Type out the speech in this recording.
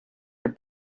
your